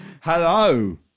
Hello